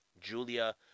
Julia